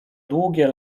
długie